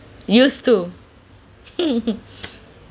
used to